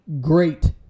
great